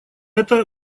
это